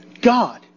God